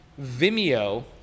Vimeo